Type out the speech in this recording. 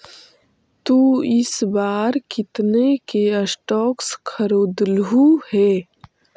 तु इस बार कितने के स्टॉक्स खरीदलु हे